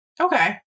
Okay